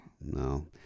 No